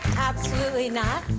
absolutely not.